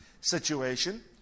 situation